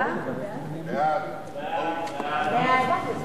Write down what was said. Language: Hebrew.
מילא אם היה מעיר את זה השר,